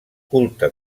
culte